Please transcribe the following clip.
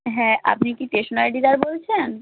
হ্যাঁ আপনি কি টেশনারি ডিলার বলছেন